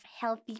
healthy